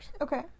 Okay